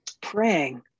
praying